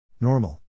Normal